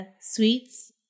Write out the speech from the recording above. sweets